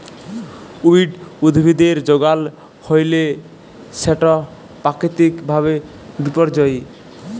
weed উদ্ভিদের যগাল হ্যইলে সেট পাকিতিক ভাবে বিপর্যয়ী